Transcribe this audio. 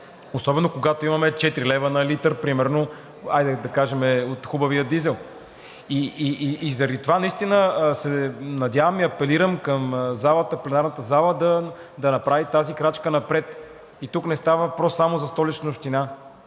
особено когато имаме 4 лева на литър, примерно, хайде да кажем от хубавия дизел. И заради това наистина се надявам и апелирам към пленарната зала да направи тази крачка напред и тук не става въпрос само за Столична община.